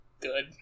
good